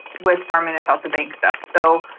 with four minutes out the bank stuff so,